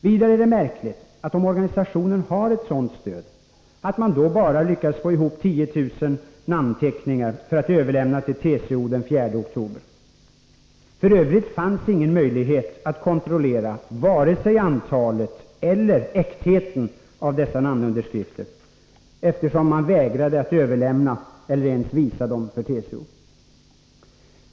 Vidare är det märkligt, om organisationen har ett sådant stöd, att man då bara lyckades få ihop 10 000 namnteckningar för att överlämna till TCO den 4 oktober. F. ö. fanns ingen möjlighet att kontrollera vare sig antalet eller äktheten av dessa namnunderskrifter, eftersom man vägrade att överlämna eller ens visa dem för TCO.